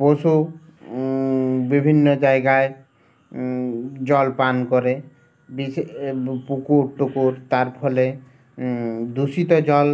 পশু বিভিন্ন জায়গায় জল পান করে বি পুকু টুকুর তার ফলে দূষিত জল